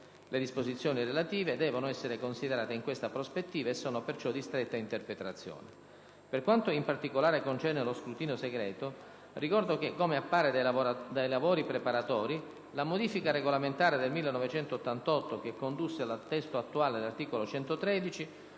Le disposizioni relative devono essere considerate in questa prospettiva e sono perciò di stretta interpretazione. Per quanto in particolare concerne lo scrutinio segreto, ricordo che - come appare dai lavori preparatori - la modifica regolamentare del 1988, che condusse al testo attuale dell'articolo 113,